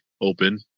open